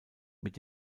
mit